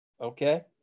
Okay